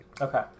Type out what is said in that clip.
Okay